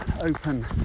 open